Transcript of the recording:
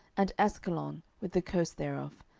and askelon with the coast thereof,